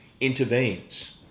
intervenes